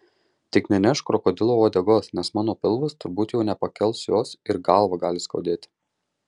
tik nenešk krokodilo uodegos nes mano pilvas turbūt jau nepakels jos ir galvą gali skaudėti